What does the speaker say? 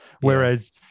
Whereas